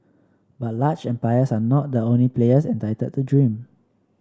but large empires are not the only players entitled to dream